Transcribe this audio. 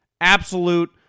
Absolute